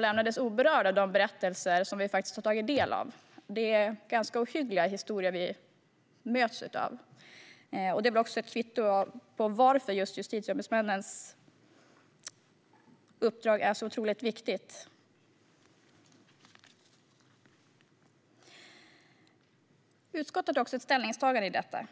lämnats oberörd av de berättelser som vi fått ta del av. Det är ganska ohyggliga historier som möter oss, och det är också ett kvitto på varför justitieombudsmännens uppdrag är så otroligt viktigt. Utskottet har också ett ställningstagande i detta.